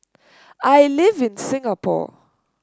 I live in Singapore